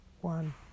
one